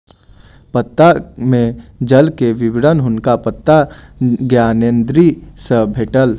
पत्ता में जल के विवरण हुनका पत्ता ज्ञानेंद्री सॅ भेटल